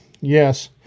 yes